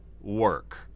work